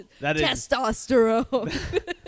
Testosterone